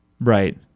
right